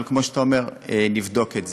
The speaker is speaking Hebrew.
אבל כמו שאתה שאומר, נבדוק את זה.